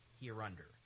hereunder